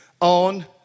on